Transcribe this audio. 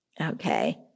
Okay